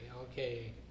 Okay